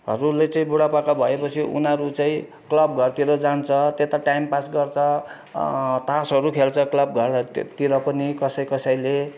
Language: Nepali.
हरूले चाहिँ बुढापाका भएपछि उनीहरू चाहिँ क्लब घरतिर जान्छ त्यता टाइम पास गर्छ तासहरू खेल्छ क्लब घरहरूति तिर पनि कसै कसैले